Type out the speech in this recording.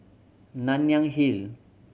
Nanyang Hill